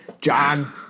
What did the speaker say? John